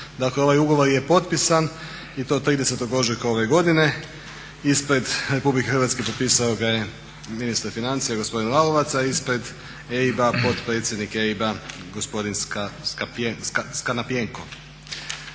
Dakle ovaj ugovor je potpisan i to 30.ožujka ove godine. ispred RH potpisao ga je ministar financija gospodin Lalovac, a ispred EIB-a potpredsjednik EIB-a gospodina Scannapieco.